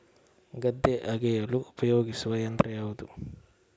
ಗದ್ದೆ ಅಗೆಯಲು ಉಪಯೋಗಿಸುವ ಯಂತ್ರ ಯಾವುದು?